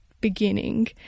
beginning